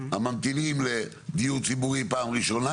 הממתינים לדיור ציבורי פעם ראשונה,